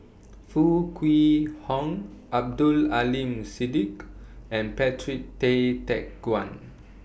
Foo Kwee Horng Abdul Aleem Siddique and Patrick Tay Teck Guan